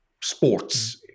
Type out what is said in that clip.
sports